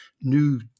new